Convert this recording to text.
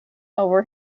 over